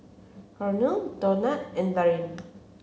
Cornel Donat and Darin